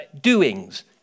doings